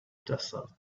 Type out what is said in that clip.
desert